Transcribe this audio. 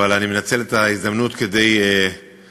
אבל אני מנצל את ההזדמנות כדי להביע